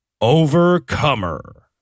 Overcomer